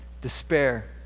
despair